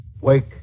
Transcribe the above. Wake